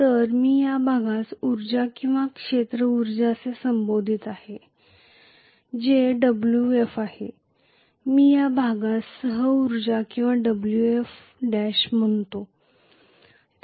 तर मी या भागास उर्जा किंवा क्षेत्र ऊर्जा असे संबोधत आहे जे Wf आहे आणि मी या भागास सह ऊर्जा किंवा Wf' म्हणतो